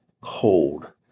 cold